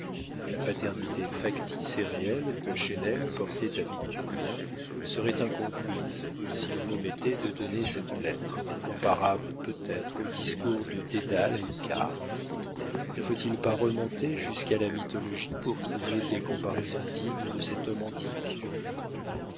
la paternité factice et réelle que chesnel portait à victurnien serait incomprise si l'on omettait de donner cette lettre comparable peut être au discours de dédale à icare ne faut-il pas remonter jusqu'à la mythologie pour trouver des comparaisons dignes de cet homme antique